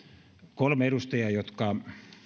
kolme edustajaa jotka